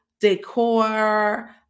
decor